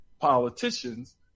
politicians